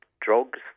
drugs